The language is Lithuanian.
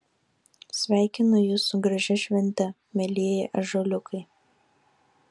sveikinu jus su gražia švente mielieji ąžuoliukai